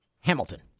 Hamilton